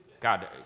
God